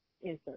insert